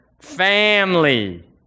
Family